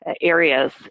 areas